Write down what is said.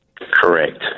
correct